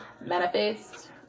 manifest